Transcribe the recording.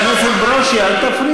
השר ימשיך, וחבר הכנסת ברושי, אל תפריע.